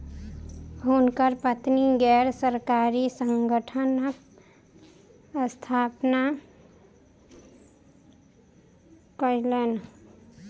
हुनकर पत्नी गैर सरकारी संगठनक स्थापना कयलैन